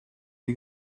die